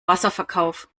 wasserverkauf